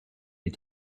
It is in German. die